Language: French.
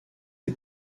est